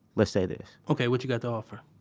let's say this okay, what you got to offer?